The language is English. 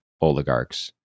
oligarchs